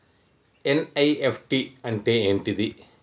NEFT అంటే ఏంటిది?